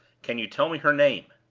can you tell me her name?